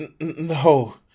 no